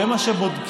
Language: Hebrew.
זה מה שבודקים.